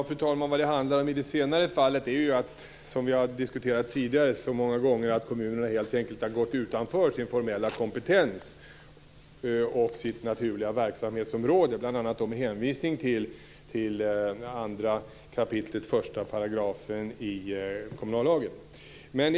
Fru talman! I det senare fallet handlar det om vad vi har diskuterat tidigare så många gånger, nämligen att kommunerna har gått utanför sin formella kompetens och sitt naturliga verksamhetsområde, bl.a. med hänvisning till 2 kap. 1 § kommunallagen.